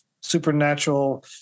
supernatural